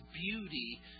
beauty